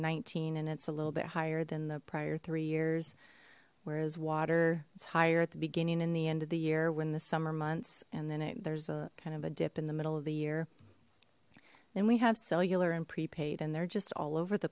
nineteen and it's a little bit higher than the prior three years whereas water it's higher at the beginning in the end of the year when the summer months and then it there's a kind of a dip in the middle of the year then we have cellular and prepaid and they're just all over the